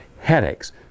Headaches